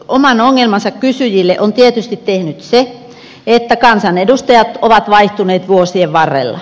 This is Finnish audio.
oman ongelmansa kysyjille on tietysti tehnyt se että kansanedustajat ovat vaihtuneet vuosien varrella